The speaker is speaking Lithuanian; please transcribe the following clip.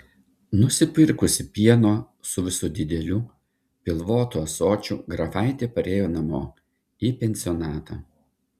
nusipirkusi pieno su visu dideliu pilvotu ąsočiu grafaitė parėjo namo į pensionatą